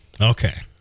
Okay